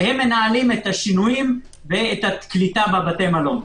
והם מנהלים את השינויים ואת הקליטה בבתי המלון.